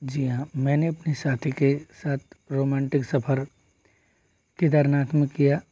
जी हाँ मैंने अपनी साथी के साथ रोमांटिक सफ़र केदारनाथ में किया